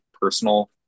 personal